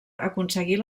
aconseguir